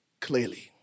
clearly